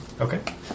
Okay